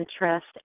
interest